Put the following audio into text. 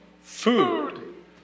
food